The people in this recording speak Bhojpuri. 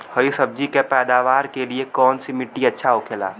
हरी सब्जी के पैदावार के लिए कौन सी मिट्टी अच्छा होखेला?